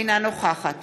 אינה נוכחת